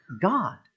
God